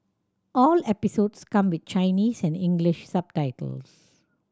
all episodes come with Chinese and English subtitles